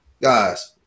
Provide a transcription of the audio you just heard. guys